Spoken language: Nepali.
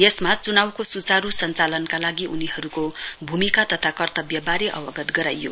यसमा चुनाउको सुचारू सञ्चालनका लागि उनीहरूको भूमिका तथा कर्तव्यबारे अवगत गराइयो